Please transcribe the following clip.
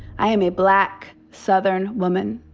i am a black southern woman.